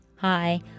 Hi